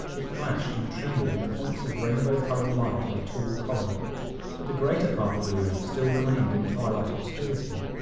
it flashed and trembled in points of rainbow-colored light on a tall column but the greater part of the room still remained in twilight obscurity.